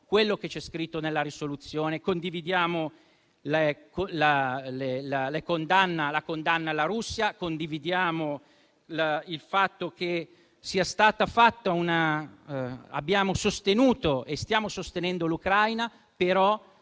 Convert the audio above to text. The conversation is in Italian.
quello che c'è scritto nella risoluzione; condividiamo la condanna alla Russia, condividiamo il fatto che abbiamo sostenuto e stiamo sostenendo l'Ucraina, ma